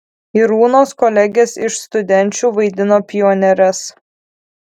irūnos kolegės iš studenčių vaidino pionieres